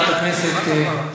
חברת הכנסת,